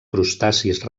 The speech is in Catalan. crustacis